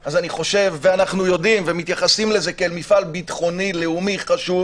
ואנחנו מתייחסים לזה כאל מפעל ביטחוני לאומי חשוב